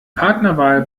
partnerwahl